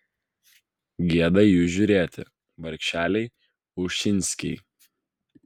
gėda į jus žiūrėti vargšeliai ušinskiai